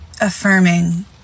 affirming